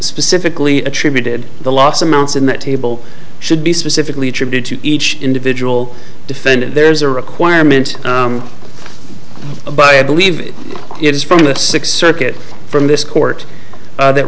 specifically attributed the last amounts in that table should be specifically attribute to each individual defendant there's a requirement by i believe it is from the sixth circuit from this court that